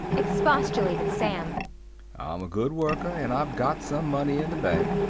expostulated sam. i'm a good worker and i've got some money in the bank.